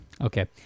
Okay